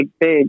big